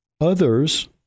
Others